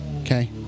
Okay